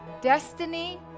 destiny